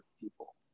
people